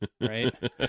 Right